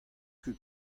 ket